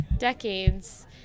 decades